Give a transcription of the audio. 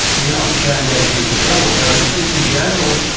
you know it can get you into trouble but i think in general,